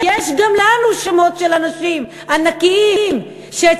יש גם לנו שמות של אנשים ענקיים שאת